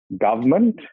government